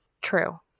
true